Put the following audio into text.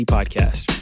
Podcast